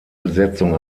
besetzung